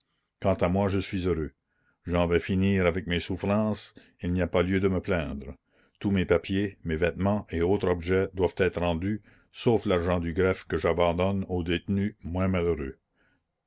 quant à moi je suis heureux j'en vais finir avec mes souffrances et il n'y a pas lieu de me plaindre tous mes papiers mes vêtements et autres objets doivent être rendus sauf l'argent du greffe que j'abandonne aux détenus moins malheureux